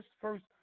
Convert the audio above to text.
first